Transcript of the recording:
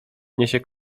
niesie